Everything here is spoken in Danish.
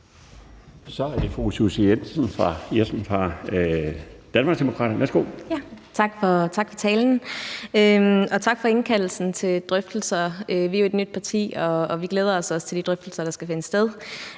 Kl. 17:25 Susie Jessen (DD): Tak for talen, og tak for indkaldelsen til drøftelser. Vi er jo et nyt parti, og vi glæder os også til de drøftelser, der skal finde sted